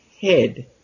head